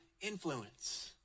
influence